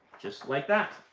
just like that.